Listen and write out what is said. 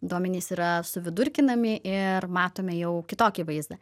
duomenys yra su vidurkinami ir matome jau kitokį vaizdą